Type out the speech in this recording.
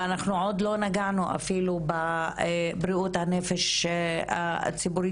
ועוד לא נגענו אפילו בבריאות הנפש הציבורית